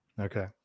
Okay